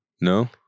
no